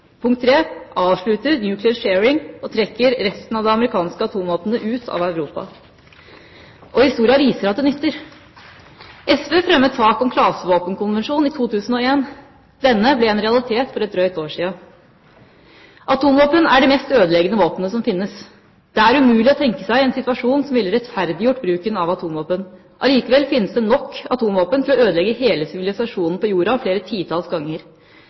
avslutter «nuclear sharing» og trekker resten av de amerikanske atomvåpnene ut av Europa Historia viser at det nytter. SV fremmet sak om klasevåpenkonvensjon i 2001, denne ble en realitet for et drøyt år siden. Atomvåpen er det mest ødeleggende våpenet som finnes. Det er umulig å tenke seg en situasjon som ville rettferdiggjort bruken av atomvåpen. Allikevel finnes det nok atomvåpen til å ødelegge hele sivilisasjonen på jorda flere titalls ganger.